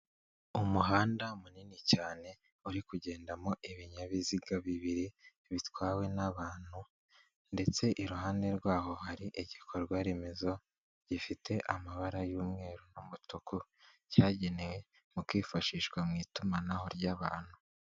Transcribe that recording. Umuhanda munini cyane uri kugendamo ibinyabiziga bibiri bitwawe n'abantu, ndetse iruhande rwaho hari igikorwaremezo gifite amabara y'umweru n'umutuku, cyagenewe mu kwifashishwa mu itumanaho ry'abantu.